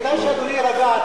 כדאי שאדוני יירגע.